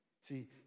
See